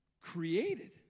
created